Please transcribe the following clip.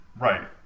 right